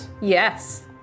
Yes